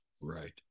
Right